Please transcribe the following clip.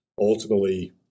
ultimately